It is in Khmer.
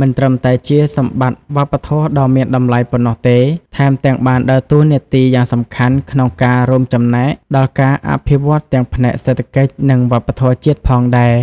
មិនត្រឹមតែជាសម្បត្តិវប្បធម៌ដ៏មានតម្លៃប៉ុណ្ណោះទេ ថែមទាំងបានដើរតួនាទីយ៉ាងសំខាន់ក្នុងការរួមចំណែកដល់ការអភិវឌ្ឍទាំងផ្នែកសេដ្ឋកិច្ច និងវប្បធម៌ជាតិផងដែរ។